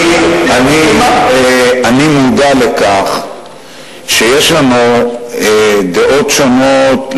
אני מודע לכך שיש לנו דעות שונות,